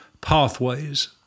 Pathways